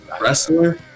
wrestler